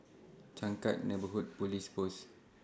Changkat Neighbourhood Police Post